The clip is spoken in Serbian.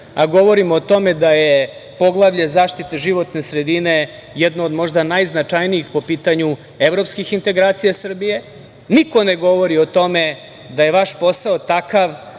Govorimo o tome da je poglavlje zaštite životne sredine jedno od možda najznačajnijih po pitanju evropskih integracija Srbije. Niko ne govori o tome da je vaš posao takav